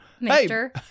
mister